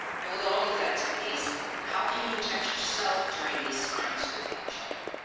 now with all these activities how can you protect yourself during these times with young children?